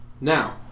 Now